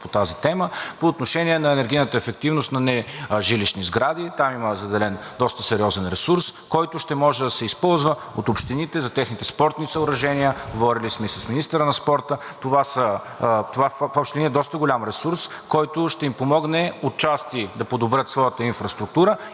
по тази тема. По отношение на енергийната ефективност на нежилищни сгради има заделен доста сериозен ресурс, който ще може да се използва от общините за техните спортни съоръжения. Говорили сме и с министъра на спорта. Това в общи линии е доста голям ресурс, който ще им помогне отчасти да подобрят своята инфраструктура